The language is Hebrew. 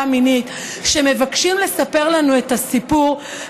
מינית שמבקשים לספר לנו את הסיפור,